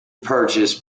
purchased